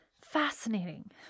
Fascinating